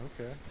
Okay